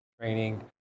training